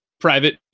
private